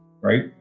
Right